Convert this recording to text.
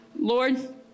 Lord